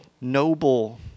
noble